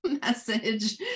message